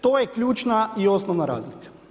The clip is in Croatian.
To je ključna i osnovna razlika.